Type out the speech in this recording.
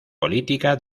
política